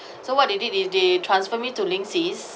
so what they did is they transfer me to linksys